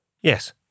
Yes